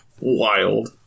wild